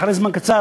אחרי זמן קצר,